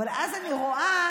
אבל אז אני רואה,